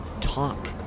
talk